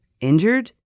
Injured